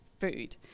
food